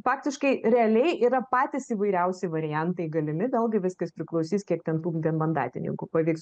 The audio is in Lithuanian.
faktiškai realiai yra patys įvairiausi variantai galimi vėlgi viskas priklausys kiek ten tų vienmandatininkų pavyks